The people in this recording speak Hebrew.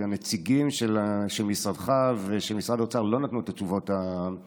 כי הנציגים של משרדך ושל משרד האוצר לא נתנו את התשובות הרצויות,